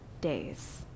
days